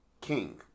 king